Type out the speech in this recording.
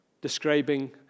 Describing